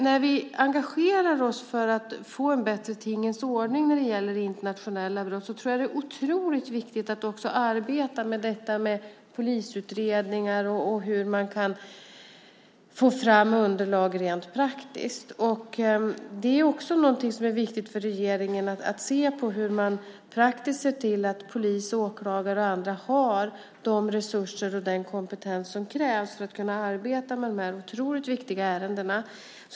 När vi engagerar oss för en bättre tingens ordning när det gäller internationella brott är det otroligt viktigt att också arbeta med polisutredningarna och hur man kan få fram underlag rent praktiskt. Det är också något som är viktigt för regeringen: att praktiskt se till att polis, åklagare och andra har de resurser och den kompetens som krävs för att kunna arbeta med dessa viktiga ärenden.